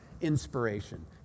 inspiration